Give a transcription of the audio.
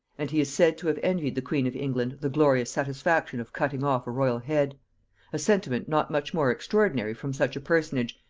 and he is said to have envied the queen of england the glorious satisfaction of cutting off a royal head a sentiment not much more extraordinary from such a personage,